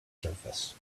surface